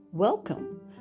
Welcome